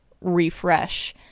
refresh